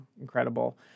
Incredible